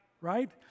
Right